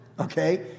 okay